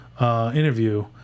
interview